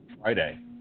Friday